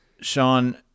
Sean